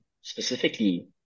specifically